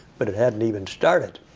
but it hadn't even started.